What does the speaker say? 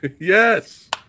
Yes